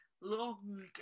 longer